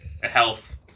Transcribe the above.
health